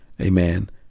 amen